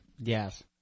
Yes